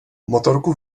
motorku